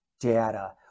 data